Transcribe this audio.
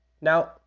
Now